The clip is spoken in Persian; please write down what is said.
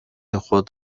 خود